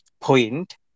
point